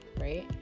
right